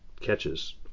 catches